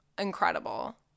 Incredible